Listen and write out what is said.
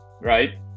right